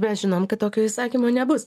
mes žinom kad tokio įsakymo nebus